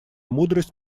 мудрость